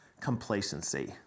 complacency